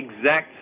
exact